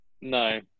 No